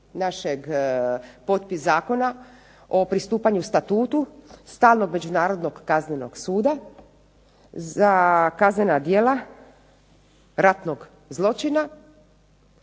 našeg potpis zakona o pristupanju statutu stalnog Međunarodnog kaznenog suda za kaznena djela ratnog zločina